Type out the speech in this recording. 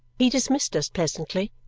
he dismissed us pleasantly,